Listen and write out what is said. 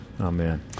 amen